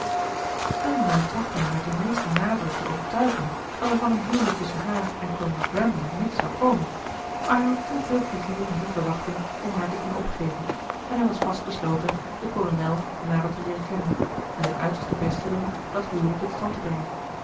elinor trachtte hem met den meesten nadruk te overtuigen dat er van een huwelijk tusschen haar en kolonel brandon niets zou komen maar hij had te veel pleizier in die verwachting om haar te kunnen opgeven en hij was vastbesloten den kolonel nader te leeren kennen en zijn uiterste best te doen dat huwelijk tot stand te brengen